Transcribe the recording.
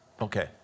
Okay